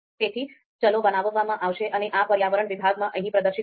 તેથી ચલો બનાવવામાં આવશે અને આ પર્યાવરણ વિભાગમાં અહીં પ્રદર્શિત થશે